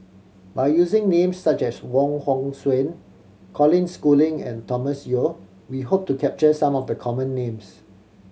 by using names such as Wong Hong Suen Colin Schooling and Thomas Yeo we hope to capture some of the common names